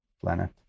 planet